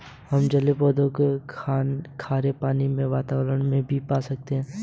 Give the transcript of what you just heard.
हम जलीय पौधों को खारे पानी के वातावरण में भी पा सकते हैं